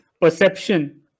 perception